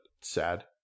sad